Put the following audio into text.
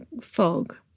fog